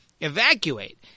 evacuate